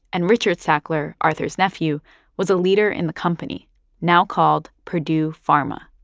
and richard sackler arthur's nephew was a leader in the company now called purdue pharma.